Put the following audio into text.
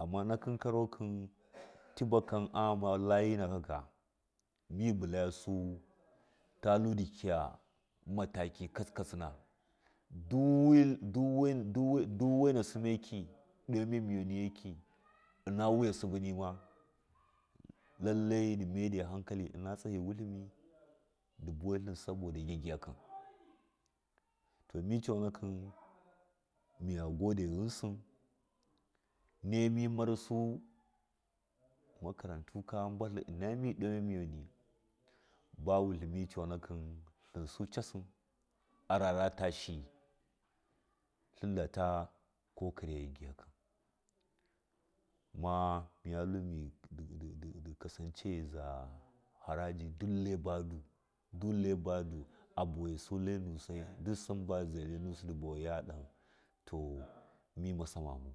Amma nakum karokɨnitia ghama lajina kaka mi bulayasu ta tlu ndɨga mataki katsikatsina du, du duwaina sɨnmaki ɗo mɚmɚni in wuya sibi nima lailai ndɨ maidai hankali ina tsahɨ wutlimi dɨbuwal tlin adama gyagyakɨ to mi coonakɨ miya gode ghɨnsi nai mimarsa makaranta kokari gyagyiyakɨ kuma miga tlu ndidindi kasance zai haraji duklai duklai badu aɓuwasu kinaji dusɨn ba ndiza lainusi dɨɓauya ɗohɨ mima samamau